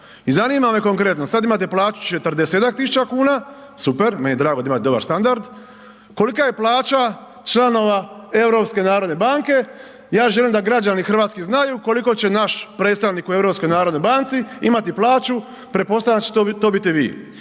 i zanima me konkretno, sad imate plaću 40-ak tisuća kuna, super, meni je drago da imate dobar standard, kolika je plaća članova Europske narodne banke? Ja želim da građani Hrvatske znaju koliko će naš predstavnik u Europskoj narodnoj banci imati plaću, pretpostavljam da ćete to biti vi.